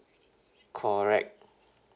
correct